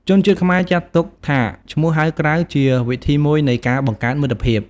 ជនជាតិខ្មែរចាត់ទុកថាឈ្មោះហៅក្រៅជាវិធីមួយនៃការបង្កើតមិត្តភាព។